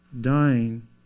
dying